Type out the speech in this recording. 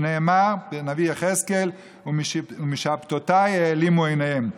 שנאמר בנביא יחזקאל: "ומשבתותי העלימו עיניהם".